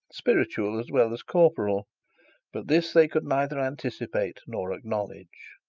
spiritual as well as corporal but this they could neither anticipate nor acknowledge.